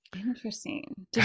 Interesting